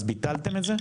אז ביטלתם את זה?